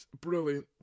brilliant